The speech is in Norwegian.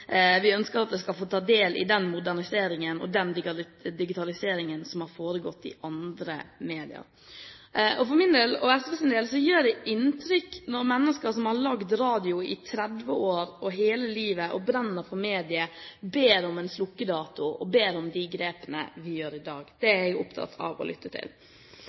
Vi ønsker å la den få del i den moderniseringen og digitaliseringen som har foregått i andre media. For min og SVs del gjør det inntrykk når mennesker som har laget radio i 30 år, i hele livet, og brenner for mediet, ber om en slukkedato og ber om de grepene vi gjør i dag. Det er jeg opptatt av å lytte til.